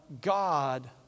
God